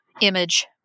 image